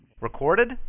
Recorded